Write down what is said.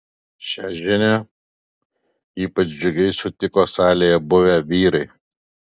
šią žinią ypač džiugiai sutiko salėje buvę vyrai